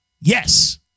Yes